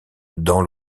dans